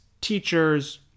teachers